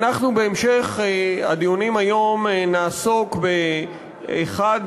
אנחנו בהמשך הדיונים היום נעסוק באחד